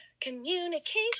Communication